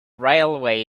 railway